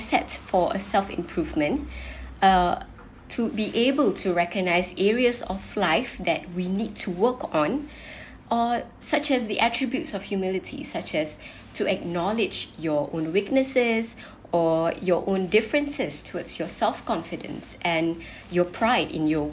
asset for a self improvement uh to be able to recognise areas of life that we need to work on or such as the attributes of humility such as to acknowledge your own weaknesses or your own differences towards yourself confidence and your pride in your